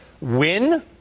Win